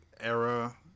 era